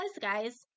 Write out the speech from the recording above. guys